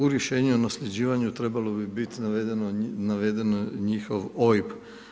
U rješenju o nasljeđivanju trebao bi biti naveden njihov OIB.